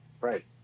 Right